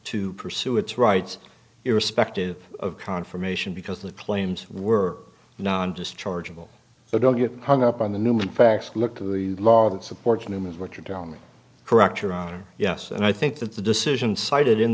to pursue its rights irrespective of confirmation because the planes were non dischargeable but don't get hung up on the newman facts look to the law that supports me with what you tell me correct your honor yes and i think that the decision cited in